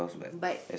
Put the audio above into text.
but